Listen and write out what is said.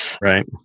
Right